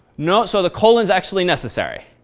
no. so the colon is actually necessary.